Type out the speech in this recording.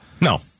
No